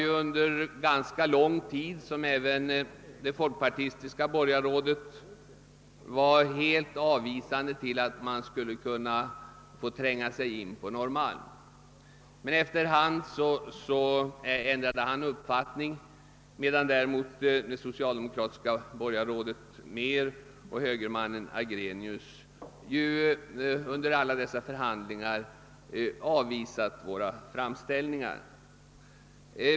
Under ganska lång tid avvisade även det folkpartistiska borgarrådet tanken att låta riksdagen tränga sig in på Nedre Norrmalm, men efter hand ändrade han uppfattning, medan däremot det socialdemokratiska borgarrådet Mehr och högerborgarrådet Agrenius under alla dessa förhandlingar avvisat våra framställningar.